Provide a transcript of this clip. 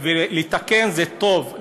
זה טוב,